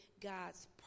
God's